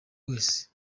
wese